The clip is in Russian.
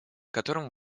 которым